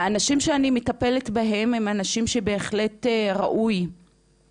האנשים שאני מטפלת בהם הם אנשים שבהחלט ראוי לטפל בהם,